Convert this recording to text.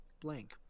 blank